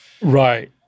Right